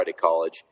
college